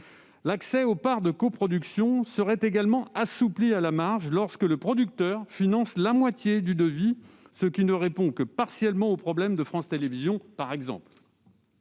L'accès aux parts de coproduction serait également assoupli à la marge, lorsque le producteur finance la moitié du devis, ce qui ne répond que partiellement au problème de France Télévisions, par exemple.